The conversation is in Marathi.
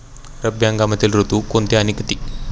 रब्बी हंगामातील ऋतू कोणते आणि किती?